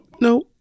No